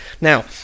Now